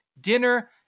dinner